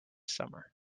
summer